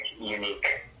unique